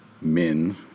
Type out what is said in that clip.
men